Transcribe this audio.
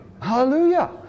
Hallelujah